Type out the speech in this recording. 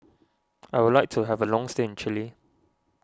I would like to have a long stay in Chile